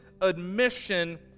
admission